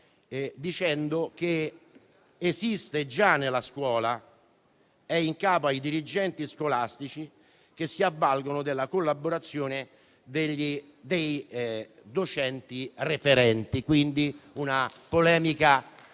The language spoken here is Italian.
dicendo che esiste già nella scuola: è in capo ai dirigenti scolastici, che si avvalgono della collaborazione dei docenti referenti.